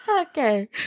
Okay